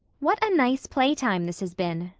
what a nice play-time this has been,